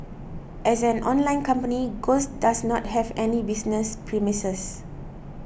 as an online company Ghost does not have any business premises